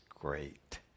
great